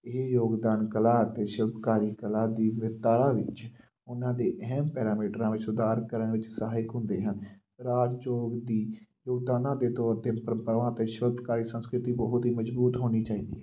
ਇਹ ਯੋਗਦਾਨ ਕਲਾ ਅਤੇ ਸ਼ਿਲਪਕਾਰੀ ਕਲਾ ਦੀ ਬਿਰਤਾਰਾ ਵਿੱਚ ਉਹਨਾਂ ਦੇ ਅਹਿਮ ਪੈਰਾਮੀਟਰਾਂ ਵਿੱਚ ਸੁਧਾਰ ਕਰਨ ਵਿੱਚ ਸਹਾਇਕ ਹੁੰਦੇ ਹਨ ਰਾਜ ਚੋਗ ਦੀ ਯੋਗਤਾਨਾ ਦੇ ਤੌਰ 'ਤੇ ਪਰੰਪਰਾਵਾਂ ਅਤੇ ਸ਼ਿਲਪਕਾਰੀ ਸੰਸਕ੍ਰਿਤੀ ਬਹੁਤ ਹੀ ਮਜ਼ਬੂਤ ਹੋਣੀ ਚਾਹੀਦੀ